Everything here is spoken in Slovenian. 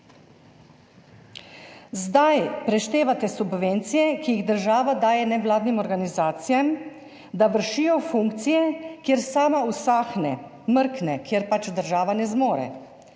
Zdaj preštevate subvencije, ki jih država daje nevladnim organizacijam, da vršijo funkcije, kjer sama usahne, mrkne, kjer pač država ne zmore